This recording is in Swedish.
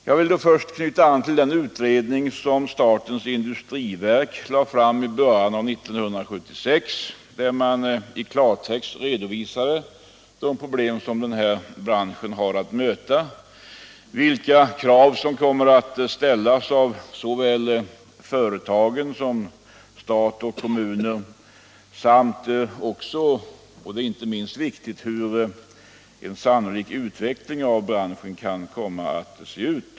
Jag vill då först knyta an till den utredning som statens industriverk lade fram i början av 1976, där man i klartext redovisade de problem som den här branschen har att möta, vilka krav som kommer att ställas såväl av företagen som av stat och kommuner samt, och det är inte minst viktigt, hur den sannolika utvecklingen av branschen kan komma att bli.